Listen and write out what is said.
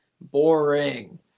boring